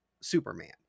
superman